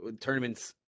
tournaments